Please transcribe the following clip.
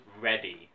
ready